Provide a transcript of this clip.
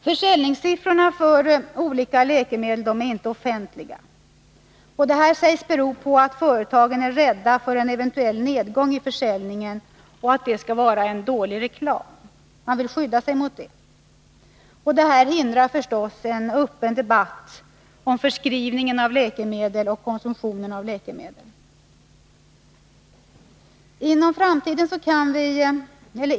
Försäljningssiffrorna för olika läkemedel är inte offentliga. Detta sägs bero på att företagen är rädda för att en eventuell nedgång i försäljningen skall vara en dålig reklam. Det vill man skydda sig mot. Detta hindrar förstås en öppen debatt om förskrivning och konsumtion av läkemedel.